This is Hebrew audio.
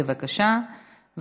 בבקשה,